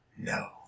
No